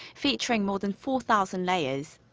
featuring more than four thousand layers.